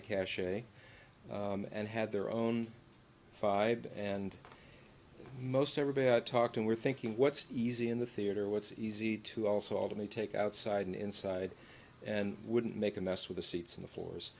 cache and had their own five and most everybody talked and we're thinking what's easy in the theater what's easy to also all to me take outside and inside and wouldn't make a mess with the seats in the floors